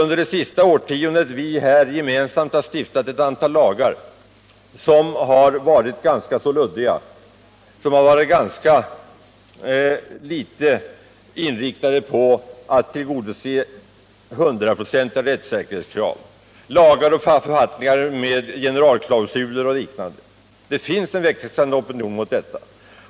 Under det senaste årtiondet har vi här gemensamt stiftat ett antal lagar som varit ganska luddiga och som varit ganska litet inriktade på att tillgodose 100-procentiga rättssäkerhetskrav — lagar och författningar med generalklausuler och liknande. Det finns en växande opinion mot detta.